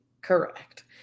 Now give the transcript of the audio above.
Correct